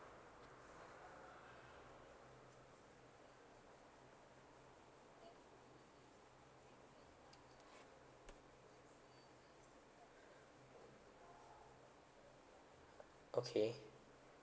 okay